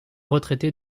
retraité